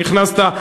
שנכנסת,